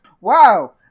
Wow